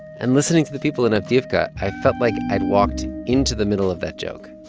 and listening to the people in avdiivka, i felt like i'd walked into the middle of that joke.